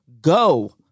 go